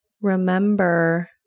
remember